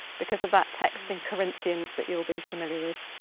because of that text in corinthians that you'll be familiar with,